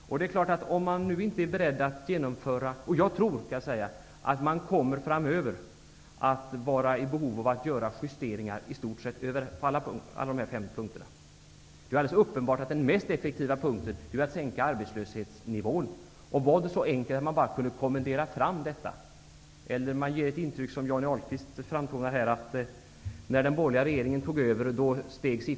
Jag tror att man framöver kommer att vara i behov av att göra justeringar i stort sett på alla dessa fem punkter. Det är alldeles uppenbart att den mest effektiva punkten är att sänka arbetslöshetsnivån. Om det vore så enkelt som att man bara kunde kommendera fram detta eller att som Johnny Ahlqvist ge ett intryck av att siffrorna för arbetslösheten steg när den borgerliga regeringen tog över.